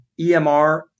EMR